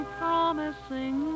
promising